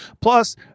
Plus